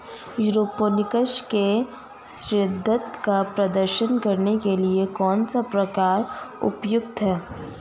Aeroponics के सिद्धांत का प्रदर्शन करने के लिए कौन सा प्रकार उपयुक्त है?